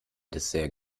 dessert